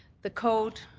the code,